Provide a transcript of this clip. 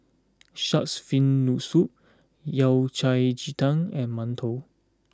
Shark's Fin no Soup Yao Cai Ji Tang and Mantou